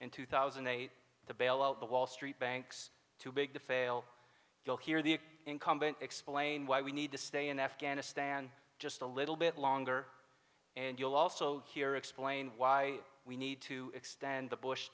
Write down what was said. in two thousand and eight the bailout the wall street banks too big to fail you'll hear the incumbent explain why we need to stay in afghanistan just a little bit longer and you'll also hear explain why we need to extend the bush